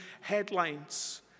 headlines